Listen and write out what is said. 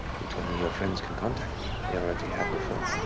you told me your friends can contact me. they already have before.